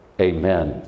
amen